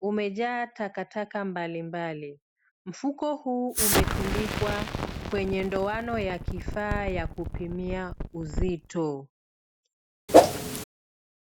umejaa takataka mbalimbali. Mfuko huu umetundikwa kwenye ndoano ya kifaa ya kupimia uzito.